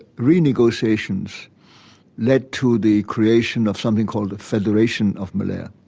renegotiations led to the creation of something called a federation of malaya.